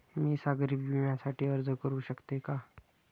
मी सागरी विम्यासाठी अर्ज करू शकते का?